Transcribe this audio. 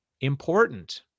important